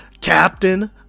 captain